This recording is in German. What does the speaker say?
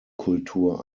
kultur